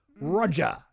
Roger